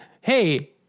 hey